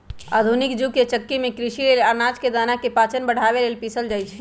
आधुनिक जुग के चक्की में कृषि लेल अनाज के दना के पाचन बढ़ाबे लेल पिसल जाई छै